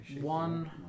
One